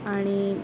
आणि